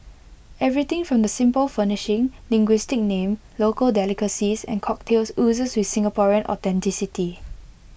everything from the simple furnishing linguistic name local delicacies and cocktails oozes with Singaporean authenticity